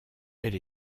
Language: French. elle